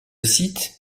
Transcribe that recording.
site